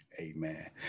Amen